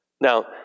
Now